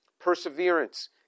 perseverance